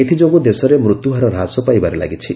ଏଥିଯୋଗୁଁ ଦେଶରେ ମୃତ୍ୟୁହାର ହ୍ରାସ ପାଇବାରେ ଲାଗିଛି